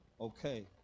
okay